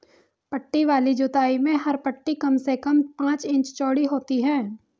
पट्टी वाली जुताई में हर पट्टी कम से कम पांच इंच चौड़ी होती है